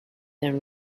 and